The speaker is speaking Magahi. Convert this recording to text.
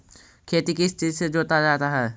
खेती किस चीज से जोता जाता है?